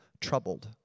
troubled